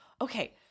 okay